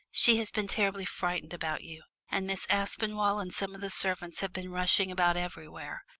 she had been terribly frightened about you, and miss aspinall and some of the servants had been rushing about everywhere.